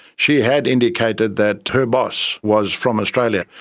she had indicated that her boss was from australia.